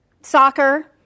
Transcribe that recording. soccer